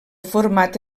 format